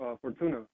Fortuna